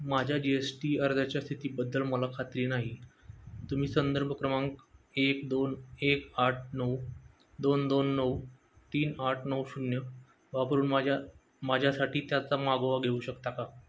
माझ्या G S T अर्जाच्या स्थितीबद्दल मला खात्री नाही तुम्ही संदर्भ क्रमांक एक दोन एक आठ नऊ दोन दोन नऊ तीन आठ नऊ शून्य वापरून माझ्या माझ्यासाठी त्याचा मागोवा घेऊ शकता का